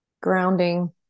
Grounding